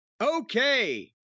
Okay